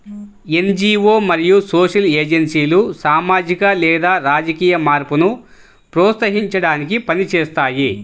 NGO మరియు social ఏజెన్సీలు సామాజిక లేదా రాజకీయ మార్పును ప్రోత్సహించడానికి పని చేస్తాయి